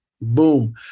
boom